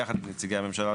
יחד עם נציגי הממשלה,